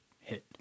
hit